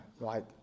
right